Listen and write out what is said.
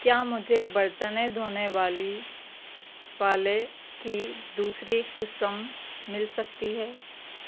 کیا مجھے برتنیں دھونے والی والے کی دوسری قسم مل سکتی ہے